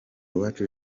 uwacu